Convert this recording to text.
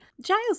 Giles